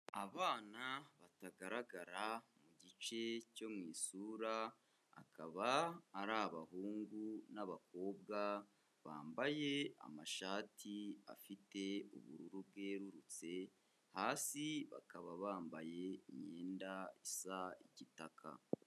Abana batagaragara mu gice cyo mu isura, akaba ari abahungu n'abakobwa bambaye amashati afite ubururu bwerurutse, hasi bakaba bambaye imyenda isa igitaka.